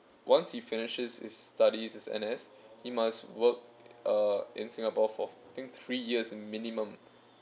once he finishes his studies his N_S he must work uh in singapore for think three years minimum